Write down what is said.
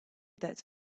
that